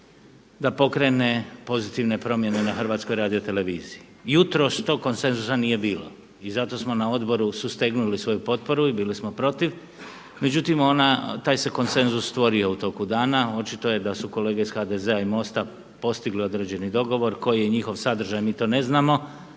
da pokrene pozitivne promjene na Hrvatskoj radioteleviziji. Jutros tog konsenzusa nije bilo i zato smo na odboru sustegnuli svoju potporu i bili smo protiv. Međutim ona, taj se konsenzus stvorio u toku dana. Očito je da su kolege iz HDZ-a i MOST-a postigli određeni dogovor. Koji je njihov sadržaj mi to ne znamo,